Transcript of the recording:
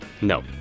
no